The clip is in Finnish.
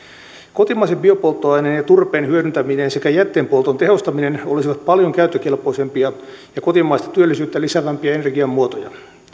kotimaisen biopolttoaineen ja turpeen hyödyntäminen sekä jätteenpolton tehostaminen olisivat paljon käyttökelpoisempia ja kotimaista työllisyyttä lisäävämpiä energianmuotoja